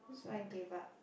so I gave up